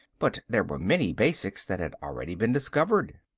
but there were many basics that had already been discovered.